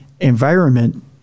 environment